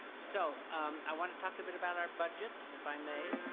so i want to talk a bit about our budget if i may.